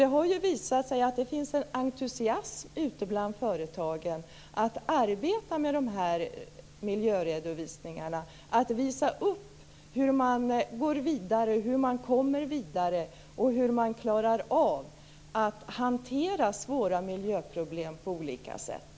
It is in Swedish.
Det har ju visat sig att det finns en entusiasm ute bland företagen att arbeta med dessa miljöredovisningar och att visa upp hur de går vidare och hur de klarar av att hantera svåra miljöproblem på olika sätt.